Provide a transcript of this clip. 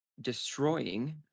destroying